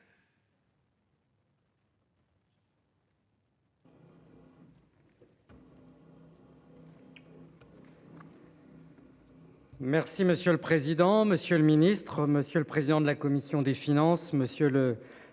Merci monsieur le président, Monsieur le Ministre, Monsieur le président de la commission des finances, monsieur, le monsieur.